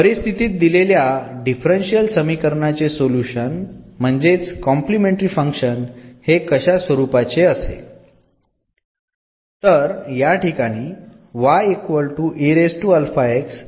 परिस्थितीत दिलेल्या डिफरन्शियल समीकरण चे सोल्युशन म्हणजेच कॉम्प्लिमेंटरी फंक्शन हे कशा स्वरूपाचे असेल